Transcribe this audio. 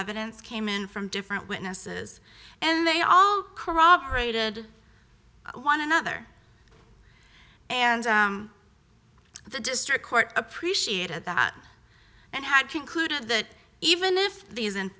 evidence came in from different witnesses and they all corroborated one another and the district court appreciated that and had concluded that even if the